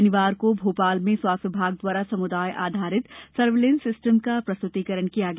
शनिवार को भोपाल में स्वास्थ्य विभाग द्वारा समुदाय आधारित सर्विलेंस सिस्टम का प्रस्तुतिकरण किया गया